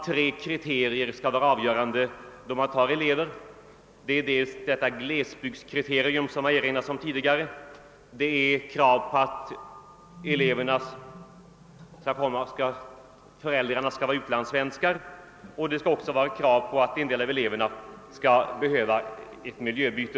Tre kriterier skall därvid vara avgörande, nämligen glesbygdskriteriet, som det har erinrats om tidigare, kravet på att elevernas: föräldrar skall vara utlandssvenskar och kravet på att en del av eleverna skall behöva ett miljöbyte.